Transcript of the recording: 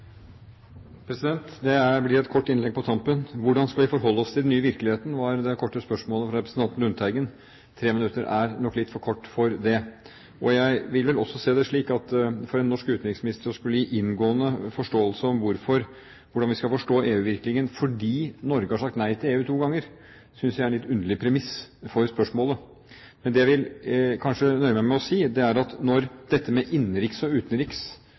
blir et kort innlegg på tampen. Hvordan skal vi forholde oss til den nye virkeligheten? Det var det korte spørsmålet fra representanten Lundteigen. 3 minutter er nok litt for lite til å svare på det. Jeg vil vel også se det slik at for en norsk utenriksminister å skulle gi en inngående forklaring på hvordan vi skal forstå EU-virkningen fordi Norge har sagt nei til EU to ganger, synes jeg er en litt underlig premiss for spørsmålet. Det jeg vil nøye meg med å si, er at når dette med innenriks- og